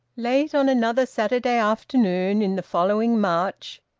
late on another saturday afternoon in the following march,